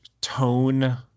tone